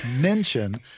mention